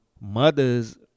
mothers